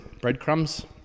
breadcrumbs